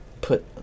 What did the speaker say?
put